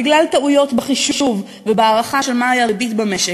בגלל טעויות בחישוב ובהערכה של מהי הריבית במשק,